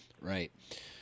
Right